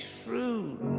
fruit